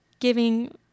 giving